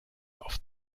auf